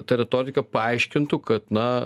ta retorika paaiškintų kad na